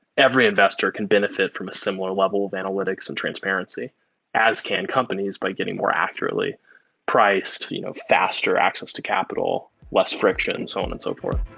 every investor can benefit from a similar level of analytics and transparency as can companies by getting more accurately priced you know faster access to capital, less friction and so on and so forth.